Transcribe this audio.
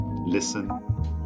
listen